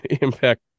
Impact